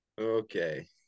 Okay